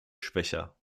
schwächer